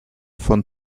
von